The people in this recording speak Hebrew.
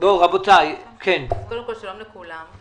שלום לכולם.